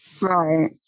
Right